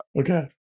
okay